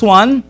one